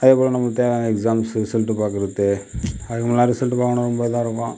அதேபோல் நமக்குத் தேவையான எக்ஸ்சாம்ஸ் ரிசல்ட் பார்க்கிறது அதுக்கு முன்னாடி ரிசல்ட் பாக்கணும்னா ரொம்ப இதாக இருக்கும்